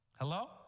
Hello